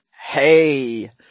Hey